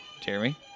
Jeremy